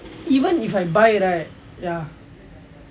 even if I buy right ya